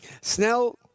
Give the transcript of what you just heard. Snell